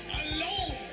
alone